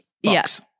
yes